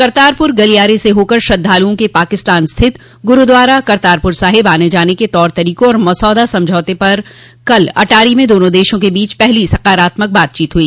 करतारपुर गलियारे से होकर श्रद्धालुओं के पाकिस्तान स्थित गुरूद्वारा करतारपुर साहिब आने जाने के तौर तरीकों और मसौदा समझौते पर कल अटारी में दोनों देशों के बीच पहली सकारात्मक बातचीत हुई